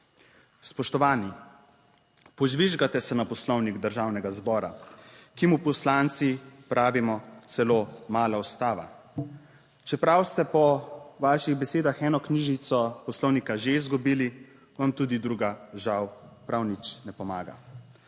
Spoštovani, požvižgate se na Poslovnik Državnega zbora, ki mu poslanci pravimo celo mala ustava. Čeprav ste po vaših besedah eno knjižico poslovnika že izgubili, vam tudi druga žal prav nič ne pomaga.